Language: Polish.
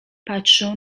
patrzą